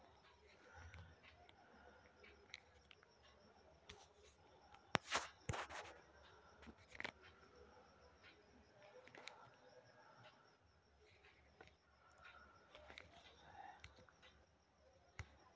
घरियार के खेती होयसे अवैध शिकार में कम्मि अलइ ह